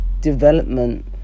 development